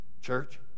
Church